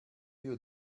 you